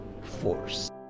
force